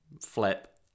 flip